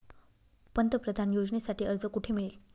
पंतप्रधान योजनेसाठी अर्ज कुठे मिळेल?